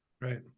right